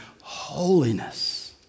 holiness